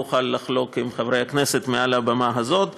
אוכל לחלוק עם חברי הכנסת מעל הבמה הזאת.